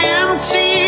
empty